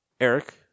Eric